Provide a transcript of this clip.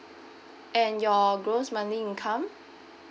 and your gross monthly income